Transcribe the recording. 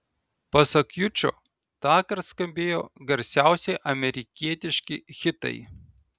pasak jučo tąkart skambėjo garsiausi amerikietiški hitai